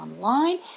online